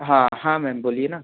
हाँ हाँ मैम बोलिए न